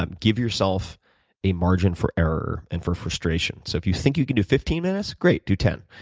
um give yourself a margin for error and for frustration. so if you think you can do fifteen minutes, great do ten,